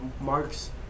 marks